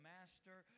Master